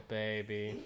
baby